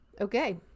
Okay